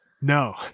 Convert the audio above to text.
No